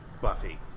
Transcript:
Buffy